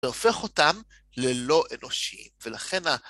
והופך אותם ללא אנושיים, ולכן...